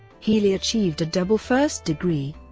healey achieved a double first degree,